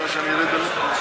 כל מה שאתם רוצים לעשות,